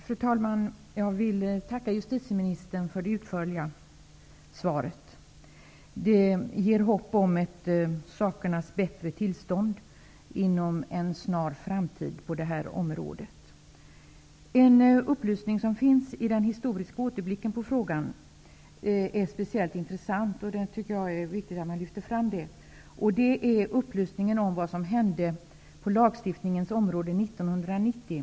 Fru talman! Jag vill tacka justitieministern för det utförliga svaret. Det ger hopp om ett sakernas bättre tillstånd inom en snar framtid på det här området. En upplysning som gavs i den historiska återblicken av frågan är speciellt intressant, och jag tycker att det är viktigt att man lyfter fram den. Det är upplysningen om vad som hände på lagstiftningens område 1990.